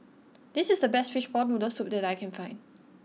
this is the best Fishball Noodle Soup that I can find